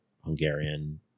Hungarian